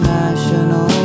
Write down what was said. national